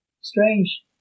strange